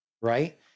right